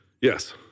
Yes